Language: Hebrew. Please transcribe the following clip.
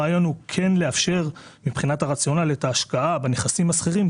הרעיון הוא לאפשר מבחינת הרציונל את ההשקעה בנכסים הסחירים,